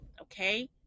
Okay